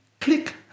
Click